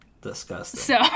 disgusting